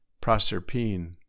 Proserpine